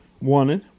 wanted